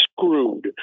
screwed